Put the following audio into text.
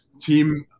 team